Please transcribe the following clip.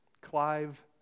Clive